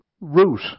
root